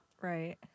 right